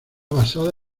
basada